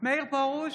מאיר פרוש,